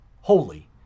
...holy